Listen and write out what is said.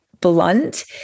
blunt